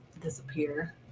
disappear